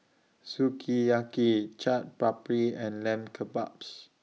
Sukiyaki Chaat Papri and Lamb Kebabs